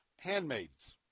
handmaids